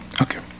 Okay